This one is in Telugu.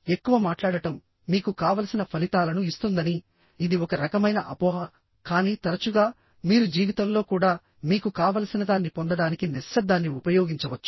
ఎక్కువ మాట్లాడటం మీకు కావలసిన ఫలితాలను ఇస్తుందని ఇది ఒక రకమైన అపోహ కానీ తరచుగా మీరు జీవితంలో కూడా మీకు కావలసినదాన్ని పొందడానికి నిశ్శబ్దాన్ని ఉపయోగించవచ్చు